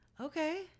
okay